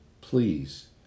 please